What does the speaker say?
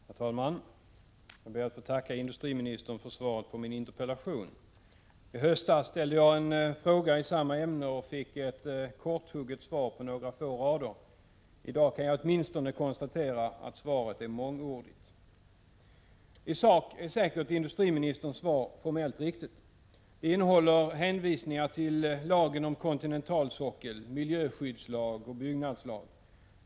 Herr talman! Jag ber att få tacka industriministern för svaret på min interpellation. I höstas ställde jag en fråga i samma ämne och fick ett korthugget svar på några få rader. I dag kan jag åtminstone konstatera att svaret är mångordigt. I sak är säkert industriministerns svar formellt riktigt. Det innehåller hänvisningar till lagen om kontinentalsockeln, miljöskyddslagen och byggnadslagen.